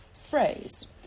phrase